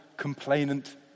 Complainant